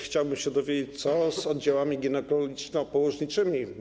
Chciałbym się też dowiedzieć, co z oddziałami ginekologiczno-położniczymi.